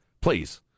please